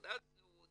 תעודת זהות,